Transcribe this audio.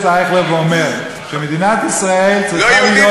אייכלר ואומר שמדינת ישראל צריכה להיות,